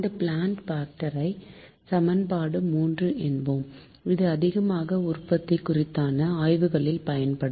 இந்த plant factor ஐ சமன்பாடு 3 என்போம் இது அதிகமாக உற்பத்தி குறித்தான ஆய்வுகளில் பயன்படும்